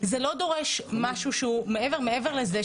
זה לא דורש משהו שהוא מעבר לזה.